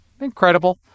incredible